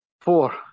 Four